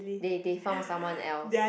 they they found someone else